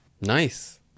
Nice